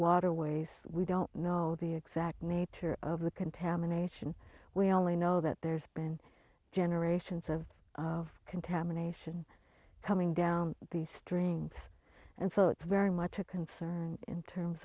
waterways we don't know the exact nature of the contamination we only know that there's been generations of contamination coming down the strings and so it's very much a concern in terms